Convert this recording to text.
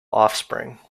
offspring